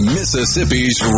Mississippi's